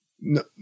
no